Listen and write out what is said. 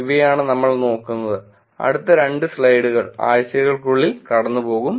ഇവയാണ് നമ്മൾ നോക്കുന്നത് അടുത്ത രണ്ട് സ്ലൈഡുകൾ ആഴ്ചകൾക്കുള്ളിൽ കടന്നുപോകും